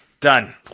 Done